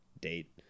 date